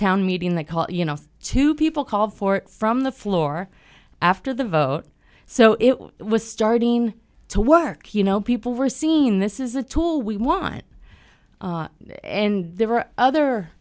town meeting they call it you know two people call for it from the floor after the vote so it was starting to work you know people were seen this is a tool we want and there were other